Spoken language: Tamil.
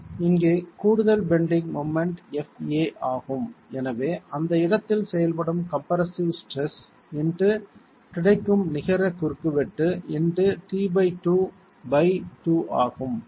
இங்கே கூடுதலான பெண்டிங் மொமெண்ட் fa ஆகும் எனவே அந்த இடத்தில் செயல்படும் கம்ப்ரெஸ்ஸிவ் ஸ்ட்ரெஸ் இன்டு கிடைக்கும் நிகர குறுக்குவெட்டு இன்டு t22 ஆகும்